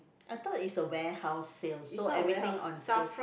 I thought is a warehouse sale so everything on sales